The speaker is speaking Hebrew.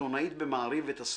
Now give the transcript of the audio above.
עיתונאית ב"מעריב" ותסריטאית.